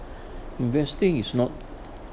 investing is not